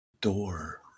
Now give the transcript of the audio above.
door